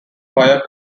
fire